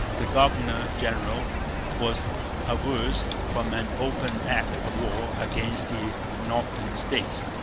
the governor-general, was averse from an open act of war against the northern states,